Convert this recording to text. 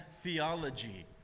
theology